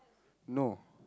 no